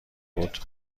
بود